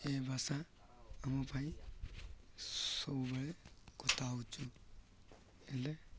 ଏ ଭାଷା ଆମ ପାଇଁ ସବୁବେଳେ କଥା ହେଉଛୁ ହେଲେ